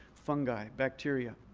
fungi, bacteria.